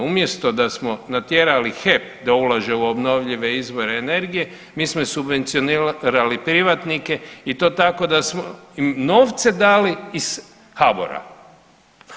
Umjesto da smo natjerali HEP da ulaže u obnovljive izvore energije, mi smo subvencionirali privatnike i to tako da smo novce dali iz HBOR-a.